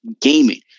gaming